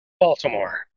Baltimore